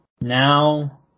now